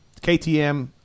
KTM